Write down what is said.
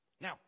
Now